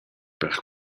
per